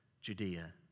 Judea